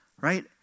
right